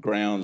grounds